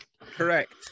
Correct